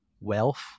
wealth